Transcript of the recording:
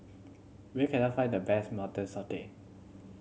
where can I find the best Mutton Satay